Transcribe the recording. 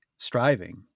Striving